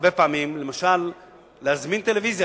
להזמין למשל טלוויזיה.